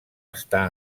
està